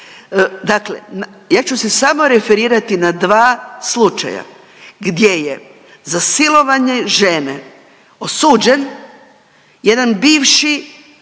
Dakle, ja ću se samo referirati na dva slučaja gdje je za silovanje žene osuđen jedan bivši